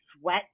sweat